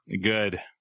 Good